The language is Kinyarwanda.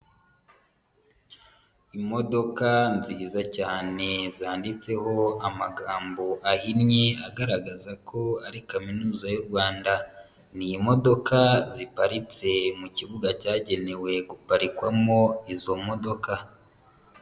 Imodoka nziza cyane zanditseho amagambo ahinnye agaragaza ko ari Kaminuza y'u Rwanda, ni imodoka ziparitse mu kibuga cyagenewe guparikwamo izo modoka.